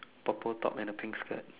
purple top and a pink skirt